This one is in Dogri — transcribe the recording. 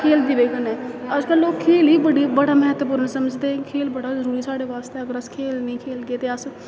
खेल दी बजह कन्नै अज्जकल लोक खेल ई बड़ा म्हतवपूर्ण समझदे खेल बड़ा जरूरी ऐ साढ़े बास्तै अगर अस खेल नेईं खेलगे ते अस